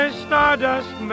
stardust